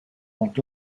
vont